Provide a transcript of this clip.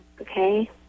Okay